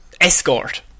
escort